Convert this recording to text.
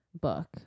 book